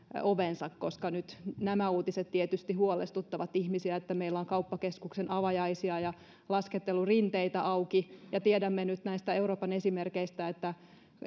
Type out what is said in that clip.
ovensa koska nyt nämä uutiset tietysti huolestuttavat ihmisiä meillä on kauppakeskuksen avajaisia ja laskettelurinteitä auki ja tiedämme nyt näistä euroopan esimerkeistä että